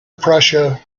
prussia